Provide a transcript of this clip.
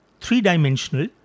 three-dimensional